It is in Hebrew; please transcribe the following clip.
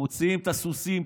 מוציאים את הסוסים,